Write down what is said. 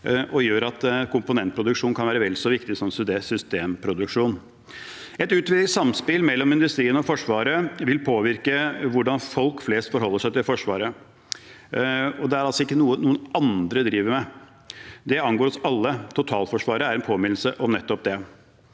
og komponentproduksjon kan være vel så viktig som systemproduksjon. Et utvidet samspill mellom industrien og Forsvaret vil påvirke hvordan folk flest forholder seg til Forsvaret. Det er altså ikke noe noen andre driver med. Det angår oss alle. Totalforsvaret er en påminnelse om nettopp det.